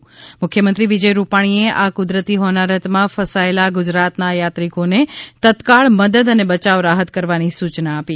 ઃ મુખ્યમંત્રી વિજય રૂપાણીએ આ કુદરતી હોનારતમાં ફસાયેલા ગુજરાતના યાત્રીઓને તત્કાળ મદદ અને બચાવ રાહત કરવાની સુચના આપી